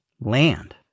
land